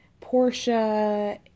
Portia